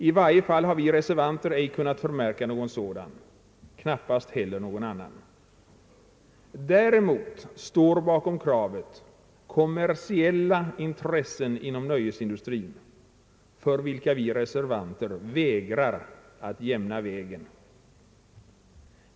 I varje fall har vi reservanter ej kunnat förmärka någon sådan. Knappast heller någon annan. Däremot står bakom kravet kommersiella intressen inom nöjesindustrin, för vilka vi reservanter vägrar att jämna vägen.